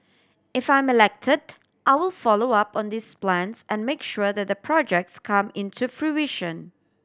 if I'm elected I will follow up on these plans and make sure that the projects come into fruition